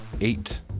Eight